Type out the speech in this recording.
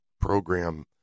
program